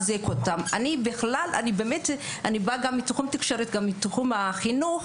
ולחזק אותן גם מבחינה מקצועית.